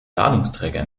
ladungsträger